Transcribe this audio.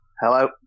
Hello